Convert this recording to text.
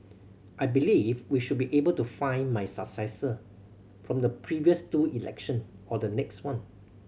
I believe we should be able to find my successor from the previous two election or the next one